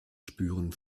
spüren